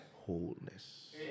wholeness